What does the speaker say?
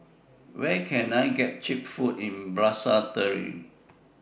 Where Can I get Cheap Food in Basseterre